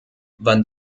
wann